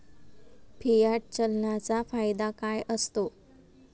Fiat चलनाचा फायदा काय असतो?